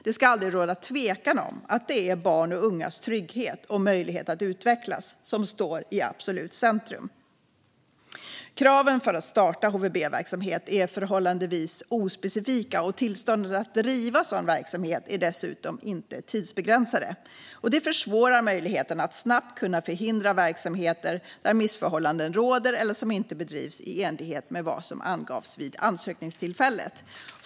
Det ska aldrig råda någon tvekan om att det är barns och ungas trygghet och möjlighet att utvecklas som står i absolut centrum. Kraven för att starta HVB-verksamhet är förhållandevis ospecifika, och tillstånden att driva sådan verksamhet är dessutom inte är tidsbegränsade. Detta försvårar möjligheten att snabbt stoppa verksamheter där missförhållanden råder eller som inte bedrivs i enlighet med vad som angavs vid ansökningstillfället.